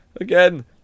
Again